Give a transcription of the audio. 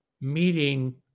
meeting